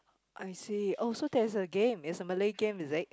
I see oh so that's a game is a Malay game is it